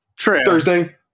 Thursday